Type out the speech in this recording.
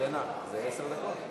יש לך עד עשר דקות.